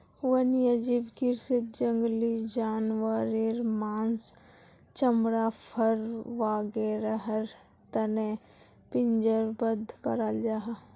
वन्यजीव कृषीत जंगली जानवारेर माँस, चमड़ा, फर वागैरहर तने पिंजरबद्ध कराल जाहा